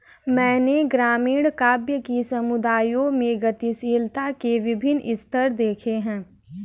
मैंने ग्रामीण काव्य कि समुदायों में गतिशीलता के विभिन्न स्तर देखे हैं